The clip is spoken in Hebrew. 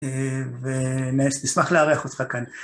ונשמח לארח אותך כאן.